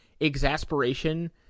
exasperation